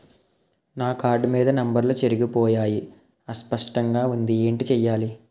నా కార్డ్ మీద నంబర్లు చెరిగిపోయాయి అస్పష్టంగా వుంది ఏంటి చేయాలి?